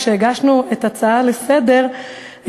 כשהגשנו את ההצעה לסדר-היום,